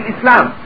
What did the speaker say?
Islam